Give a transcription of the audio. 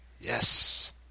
Yes